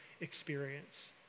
experience